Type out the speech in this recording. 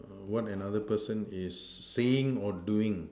what another person is seeing or doing